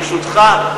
ברשותך,